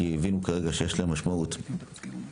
כי הבינו כרגע שיש להם משמעות ,בזום.